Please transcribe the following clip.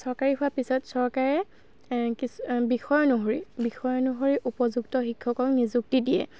চৰকাৰী হোৱাৰ পিছত চৰকাৰে বিষয় অনুসৰি বিষয় অনুসৰি উপযুক্ত শিক্ষকক নিযুক্তি দিয়ে